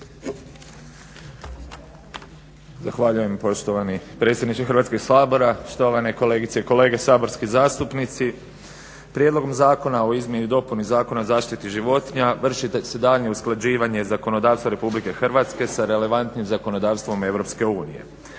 Zahvaljujem poštovani predsjedniče Hrvatskog sabora, štovane kolegice i kolege saborski zastupnici. Prijedlogom zakona o izmjeni i dopuni zakona o zaštiti životinja vrši se daljnje usklađivanje zakonodavstva RH sa relevantnim zakonodavstvom EU. Zakonom